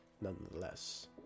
nonetheless